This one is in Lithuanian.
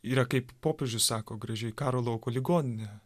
yra kaip popiežius sako gražiai karo lauko ligoninė